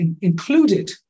included